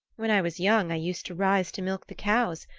when i was young i used to rise to milk the cows,